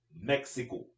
Mexico